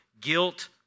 guilt